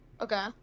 Okay